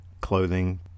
clothing